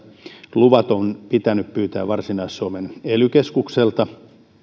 luvat on pitänyt pyytää varsinais suomen ely keskukselta